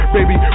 Baby